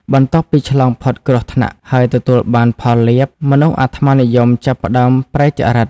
បន្ទាប់ពីឆ្លងផុតគ្រោះថ្នាក់ ហើយទទួលបានផលលាភ មនុស្សអាត្មានិយមចាប់ផ្ដើមប្រែចរិត។